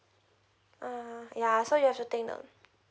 uh yeah so you have to take note